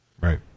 Right